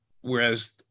whereas